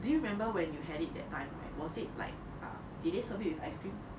do you remember when you had it that time right was it like ah did they serve it with ice cream